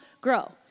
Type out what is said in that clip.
grow